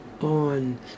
on